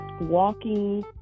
walking